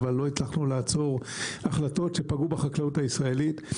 אבל לא הצלחנו לעצור החלטות שפגעו בחקלאות הישראלית.